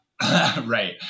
Right